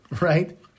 right